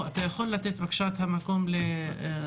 על הסכומים בתוכנית החומש,